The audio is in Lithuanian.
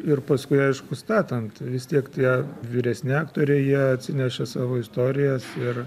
ir paskui aišku statant vis tiek tie vyresni aktoriai jie atsinešė savo istorijas ir